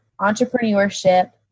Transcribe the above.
entrepreneurship